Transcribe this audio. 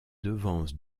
devance